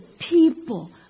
people